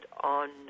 on